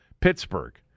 Pittsburgh